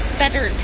better